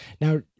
Now